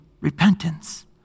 repentance